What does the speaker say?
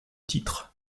titres